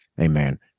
amen